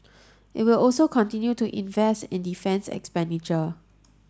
it will also continue to invest in defence expenditure